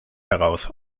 heraus